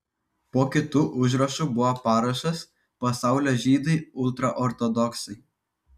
po kitu užrašu buvo parašas pasaulio žydai ultraortodoksai